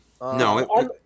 No